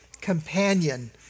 companion